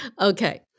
Okay